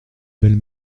belle